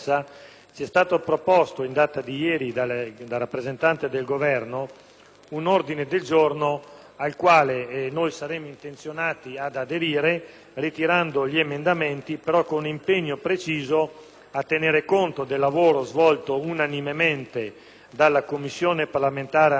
un ordine del giorno, al quale saremmo intenzionati ad aderire, ritirando gli emendamenti, però con l'impegno preciso di tenere conto del lavoro svolto unanimemente dalla Commissione parlamentare antimafia nella precedente legislatura, che mi sembra aver prodotto anche una relazione finale.